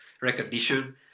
recognition